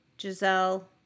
Giselle